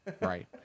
right